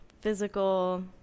physical